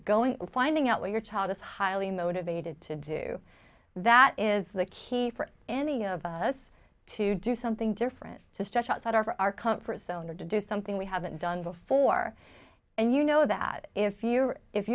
going and finding out what your child is highly motivated to do that is the key for any of us to do something different to stretch outside our for our comfort zone or to do something we haven't done before and you know that if you